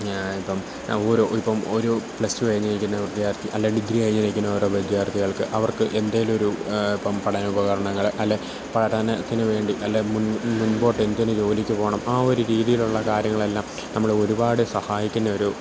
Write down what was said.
ഇപ്പോള് നമുക്കൊരു ഇപ്പോള് ഒരു പ്ലസ് ടു കഴിഞ്ഞു നില്ക്കുന്ന വിദ്യാർത്ഥി അല്ലെങ്കില് ഡിഗ്രി കഴിഞ്ഞുനില്ക്കുന്ന ഓരോ വിദ്യാർത്ഥികൾക്ക് അവർക്ക് എന്തേലൊരു പഠനോപകരണങ്ങള് അല്ലെങ്കില് പഠനത്തിന് വേണ്ടി അല്ലെ മുമ്പോട്ട് എന്തെങ്കിലും ജോലിക്ക് പോകണം ആ ഒരു രീതിയിലുള്ള കാര്യങ്ങളെല്ലാം നമ്മള് ഒരുപാട് സഹായിക്കുന്നൊരു